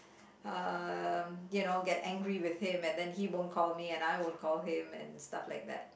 um you know get angry with him and then he won't call me and I won't call him and stuff like that